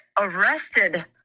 arrested